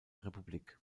republik